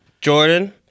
Jordan